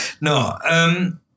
No